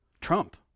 Trump